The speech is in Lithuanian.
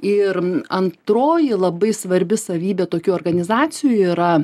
ir antroji labai svarbi savybė tokių organizacijų yra